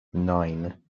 nine